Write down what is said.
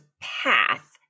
path